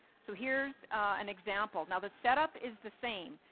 so here is an example. now, the setup is the same.